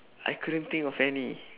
I couldn't think of any